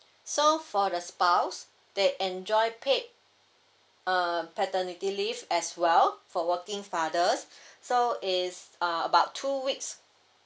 so for the spouse they enjoy paid uh paternity leave as well for working fathers so it's uh about two weeks